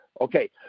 okay